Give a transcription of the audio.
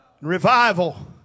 Revival